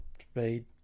speed